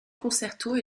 concertos